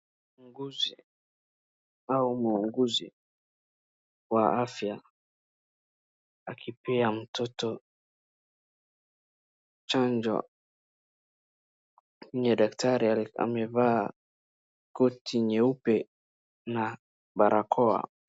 Muuguzi wa afya akipea mtoto chanjo. Daktari amevaa koti nyeupe na barakoa.